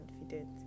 confident